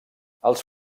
els